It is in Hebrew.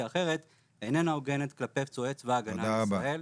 אחרת איננה הוגנת כלפי פצועי צבא ההגנה לישראל.